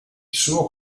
suo